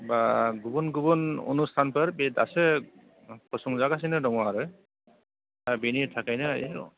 एबा गुबुन गुबुन अनुस्थानफोर बि दासो फसंजागासिनो दंआरो दा बिनि थाखायनो